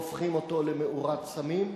והופכים אותו למאורת סמים.